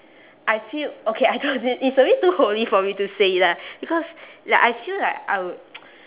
I feel okay I thought it it's a bit too holy for me to say lah because like I feel like I will